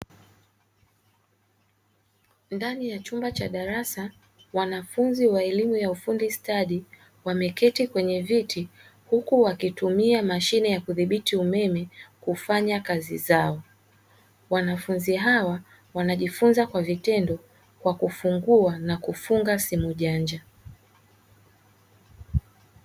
Ndani ya chumba cha darasa wanafunzi wa elimu ya ufundi stadi wameketi kwenye viti huku wakitumia mashine ya kudhibiti umeme kufanya kazi zao, Wanafunzi hawa wanajifunza kwa vitendo kwa kufungua na kufunga simu janja.